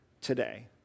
today